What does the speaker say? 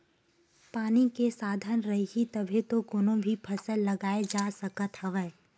पानी के साधन रइही तभे तो कोनो भी फसल लगाए जा सकत हवन